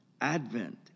Advent